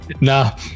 Nah